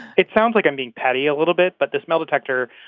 it sounds like i'm being petty a little bit. but this metal detector,